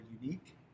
unique